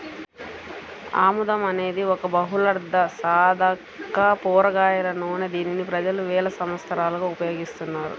ఆముదం అనేది ఒక బహుళార్ధసాధక కూరగాయల నూనె, దీనిని ప్రజలు వేల సంవత్సరాలుగా ఉపయోగిస్తున్నారు